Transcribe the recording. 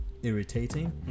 irritating